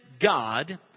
God